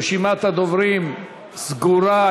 רשימת הדוברים סגורה.